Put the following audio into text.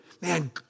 man